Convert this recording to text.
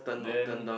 then